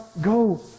go